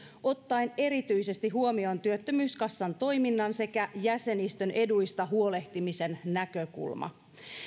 ottaen erityisesti huomioon työttömyyskassan toiminnan sekä jäsenistön eduista huolehtimisen näkökulma